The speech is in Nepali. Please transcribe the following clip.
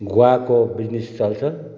गुवाको बिजनेस चल्छ